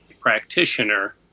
practitioner